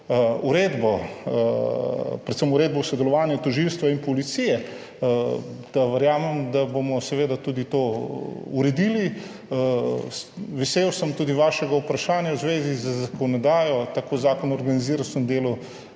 uredbo, predvsem uredbo o sodelovanju tožilstva in policije, verjamem, da bomo seveda tudi to uredili. Vesel sem tudi vašega vprašanja v zvezi z zakonodajo, tako Zakon o organiziranosti in